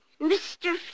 Mr